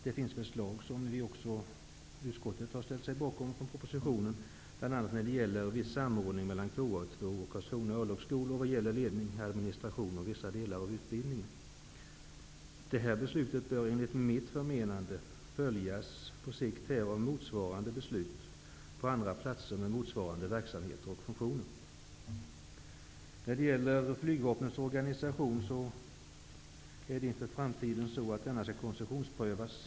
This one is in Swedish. Det finns i propositionen förslag, som utskottet har ställt sig bakom, bl.a. en samordning mellan KA 2 och Karlskrona örlogsskolor i fråga om ledningsfunktioner och administrativa funktioner samt vissa delar av utbildningen. Ett beslut i detta avseende bör enligt mitt förmenande på sikt följas av motsvarande beslut på andra platser med motsvarande verksamheter och funktioner. Flygvapnets organisation inför framtiden skall koncessionsprövas.